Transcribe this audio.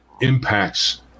impacts